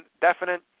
definite